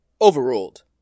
Overruled